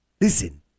Listen